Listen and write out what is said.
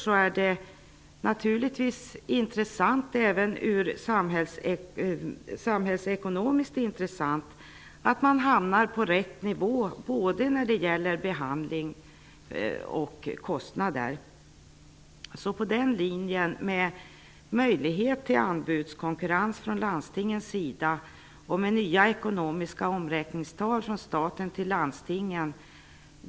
Det är naturligtvis även samhällsekonomiskt intressant att man hamnar på rätt nivå, både när det gäller behandling och kostnader, i denna typ av tandvård. Jag tror att man skulle behöva fundera vidare över hur man kan skapa möjlighet till anbudskonkurrens från landstingens sida och nya ekonomiska omräkningstal från staten till landstingen.